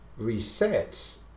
resets